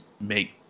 make